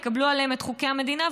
יקבלו עליהם את חוקי המדינה,